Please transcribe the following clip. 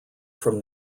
from